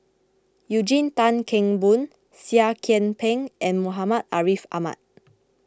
Eugene Tan Kheng Boon Seah Kian Peng and Muhammad Ariff Ahmad